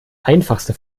einfachste